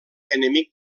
enemic